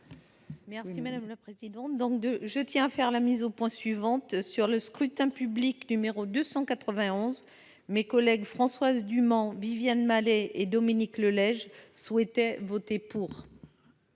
Merci madame la présidente donc de, je tiens à faire la mise au point suivante sur le scrutin public numéro 291, mes collègues Françoise Dumont Viviane Malet et Dominique Le Lège souhaitaient voter pour.